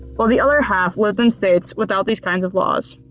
while the other half lived in states without these kinds of laws.